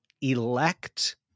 elect